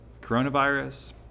coronavirus